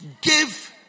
Give